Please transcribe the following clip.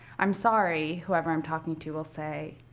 i'm sorry whoever i'm talking to will say.